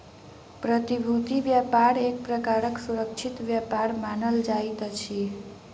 प्रतिभूति व्यापार एक प्रकारक सुरक्षित व्यापार मानल जाइत अछि